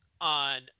on